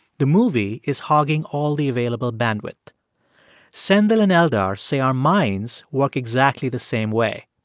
the movie is hogging all the available bandwidth sendhil and eldar say our minds work exactly the same way.